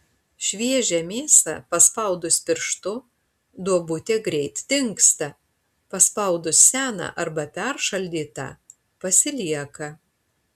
šviežią mėsą paspaudus pirštu duobutė greit dingsta paspaudus seną arba peršaldytą pasilieka